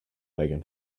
megan